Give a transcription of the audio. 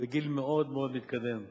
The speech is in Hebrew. בגיל מאוד מאוד מתקדם,